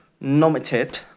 nominated